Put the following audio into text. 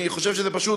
אני חושב שזה פשוט